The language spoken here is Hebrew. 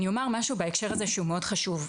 אני אומר משהו בהקשר הזה שהוא מאוד חשוב.